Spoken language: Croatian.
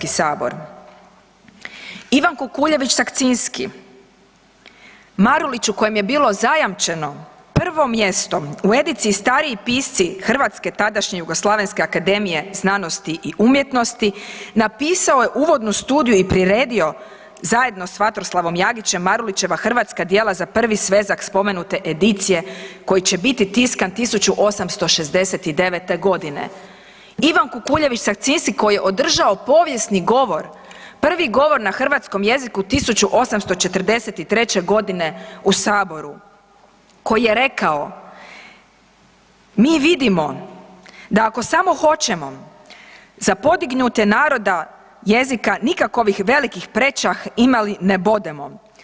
Ivan Kukuljević Sakcinski, Maruliću, kojem je bilo zajamčeno prvo mjesto u ediciji Stariji pisci hrvatske, tadašnje, Jugoslavenske akademije znanosti i umjetnosti, napisao je uvodnu studiju i priredio zajedno s Vatroslavom Jagićem, Marulićeva hrvatska djela za prvi svezak spomenute edicije koji će biti tiskan 1869. g. Ivan Kukuljević Sakcinski koji je održao povijesni govor, prvi govor na hrvatskom jeziku 1843. g. u Saboru koji je rekao, mi vidimo da ako samo hoćemo za podignutje naroda jezika nikakovih velikih prečah imali ne bodemo.